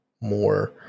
more